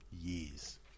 years